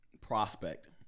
Prospect